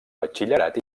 batxillerat